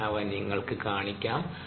ഞാൻ അവ നിങ്ങൾക്ക് കാണിക്കാം